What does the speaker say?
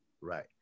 Right